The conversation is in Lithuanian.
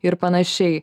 ir panašiai